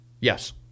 Yes